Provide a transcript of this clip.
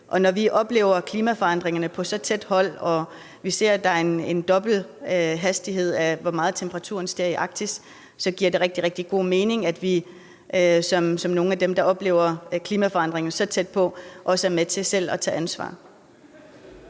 Når vi oplever klimaforandringerne på så tæt hold og vi ser, at temperaturen i Arktis stiger med dobbelt hastighed, så giver det rigtig, rigtig god mening, at vi som nogle af dem, der oplever klimaforandringerne så tæt på, også er med til selv at tage ansvar.